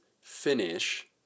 finish